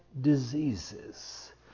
diseases